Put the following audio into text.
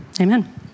amen